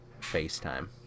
FaceTime